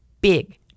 big